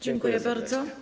Dziękuję bardzo.